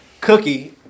Cookie